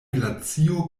glacio